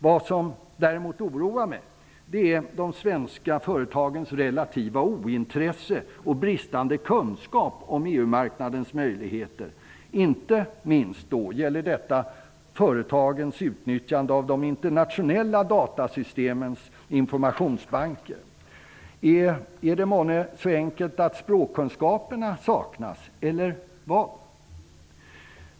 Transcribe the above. Vad som däremot oroar mig är de svenska företagens relativa ointresse och bristande kunskaper om EU-marknadens möjligheter. Det gäller inte minst företagens utnyttjande av de internationella datasystemens informationsbanker. Är det månne så enkelt att det är språkkunskaperna som saknas?